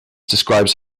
describes